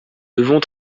devons